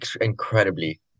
incredibly